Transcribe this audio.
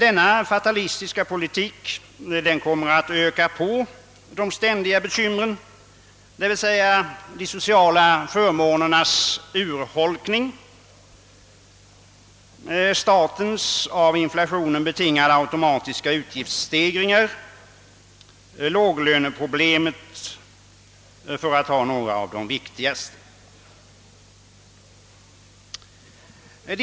Denna fatalis tiska politik kommer att öka de ständiga bekymren beträffande urholkningen av de sociala förmånerna, statens av inflationen betingade automatiska utgiftsstegringar och beträffande låglönegrupperna, för att nämna några av de viktigaste avsnitten.